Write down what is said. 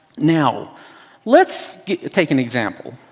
now let's take an example.